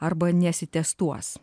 arba nesitestuos